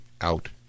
out